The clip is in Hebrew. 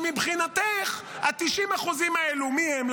מבחינתך, ה-90% האלה, מי הם?